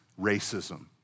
racism